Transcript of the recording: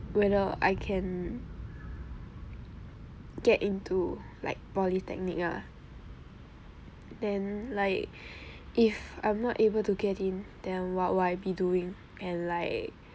whether I can get into like polytechnic ah then like if I'm not able to get in then what will I be doing and like